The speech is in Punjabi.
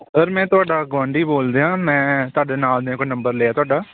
ਸਰ ਮੈਂ ਤੁਹਾਡਾ ਗੁਆਂਢੀ ਬੋਲ ਰਿਹਾ ਮੈਂ ਤੁਹਾਡੇ ਨਾਲ ਦਿਆਂ ਕੋਲ ਨੰਬਰ ਲਿਆ ਤੁਹਾਡਾ